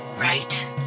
Right